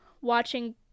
watching